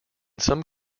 some